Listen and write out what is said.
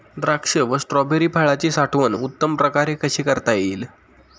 द्राक्ष व स्ट्रॉबेरी फळाची साठवण उत्तम प्रकारे कशी करता येईल?